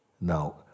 Now